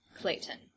Clayton